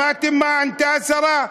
שמעתם מה ענתה השרה?